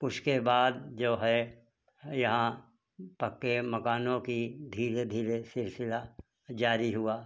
उसके बाद जो है यहाँ पक्के मकानों की धीरे धीरे सिलसिला जारी हुआ